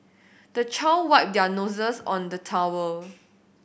the child wipe their noses on the towel